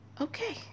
Okay